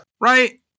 right